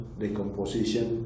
decomposition